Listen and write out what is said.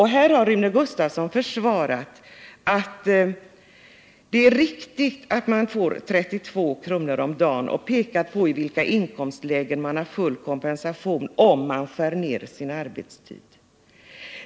Här har Rune Gustavsson försvarat centerns uppfattning att det är riktigt att man får 32 kr. om dagen och pekat på i vilka inkomstlägen man har full kompensation om man skär ned sin arbetstid.